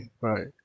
right